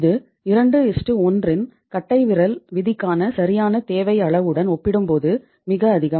இது 21 இன் கட்டைவிரல் விதிக்கான சரியான தேவை அளவுடன் ஒப்பிடும்போது மிக அதிகம்